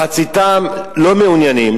מחציתם לא מעוניינים,